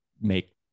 make